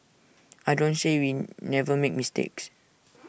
I don't say we never make mistakes